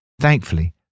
Thankfully